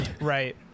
Right